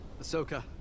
Ahsoka